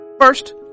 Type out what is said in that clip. First